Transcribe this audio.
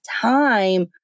time